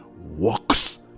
works